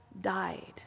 died